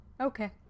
Okay